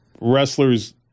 wrestlers